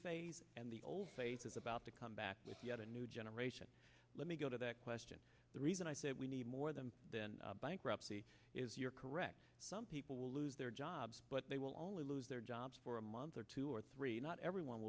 phase and the old faces about to come back with yet a new generation let me go to that question the reason i say we need more them than bankruptcy is you're correct some people will lose their jobs but they will only lose their jobs for a month or two or three not everyone